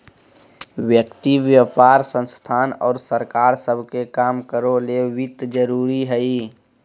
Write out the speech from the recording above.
व्यक्ति व्यापार संस्थान और सरकार सब के काम करो ले वित्त जरूरी हइ